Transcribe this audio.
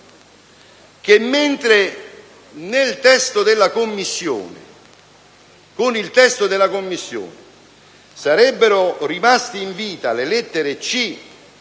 semplice. Con il testo della Commissione, sarebbero rimaste in vita le lettere